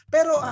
Pero